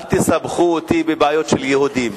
אל תסבכו אותי בבעיות של יהודים,